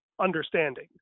understanding